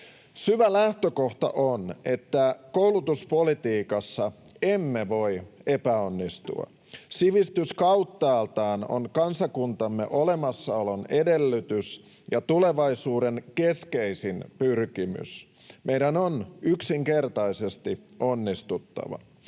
Syvä lähtökohta on, että koulutuspolitiikassa emme voi epäonnistua. Sivistys kauttaaltaan on kansakuntamme olemassaolon edellytys ja tulevaisuuden keskeisin pyrkimys. Meidän on yksinkertaisesti onnistuttava.